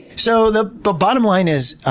so the the bottom line is,